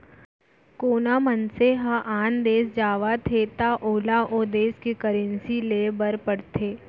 कोना मनसे ह आन देस जावत हे त ओला ओ देस के करेंसी लेय बर पड़थे